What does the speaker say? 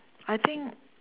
I think